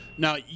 Now